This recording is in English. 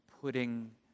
putting